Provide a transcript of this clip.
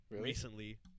recently